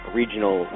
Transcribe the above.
regional